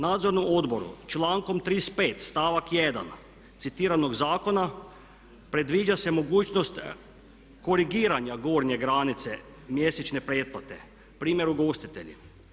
Nadzornom odboru člankom 35. stavak 1. citiranog zakona predviđa se mogućnost korigiranja gornje granice mjesečne pretplate, primjer ugostitelji.